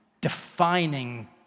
defining